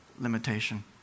limitation